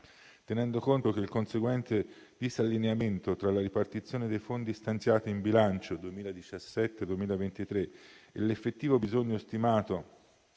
tenendo conto che il conseguente disallineamento tra la ripartizione dei fondi stanziati in bilancio 2017-2023 e l'effettivo bisogno stimato